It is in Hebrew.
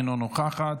אינה נוכחת.